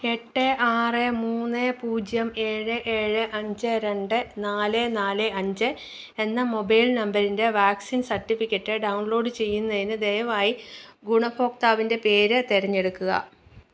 എട്ട് ആറ് മൂന്ന് പൂജ്യം ഏഴ് ഏഴ് അഞ്ച് രണ്ട് നാല് നാല് അഞ്ച് എന്ന മൊബൈൽ നമ്പറിൻ്റെ വാക്സിൻ സർട്ടിഫിക്കറ്റ് ഡൗൺലോഡ് ചെയ്യുന്നതിന് ദയവായി ഗുണഭോക്താവിൻ്റെ പേര് തിരഞ്ഞെടുക്കുക